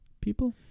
people